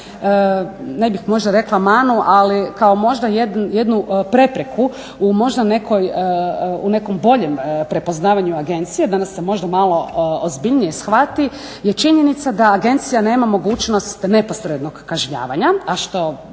ne bih možda rekla manu, ali kao možda jednu prepreku u možda nekom boljem, prepoznavanju agencija, da nas se možda malo ozbiljnije shvati je činjenica da agencija nema mogućnost neposrednog kažnjavanja, a što